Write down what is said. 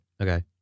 Okay